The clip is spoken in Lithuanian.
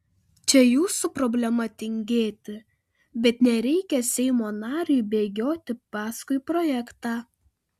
čia jūsų problema tingėti bet nereikia seimo nariui bėgioti paskui projektą